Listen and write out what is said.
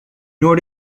nor